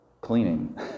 cleaning